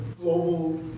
global